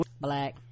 black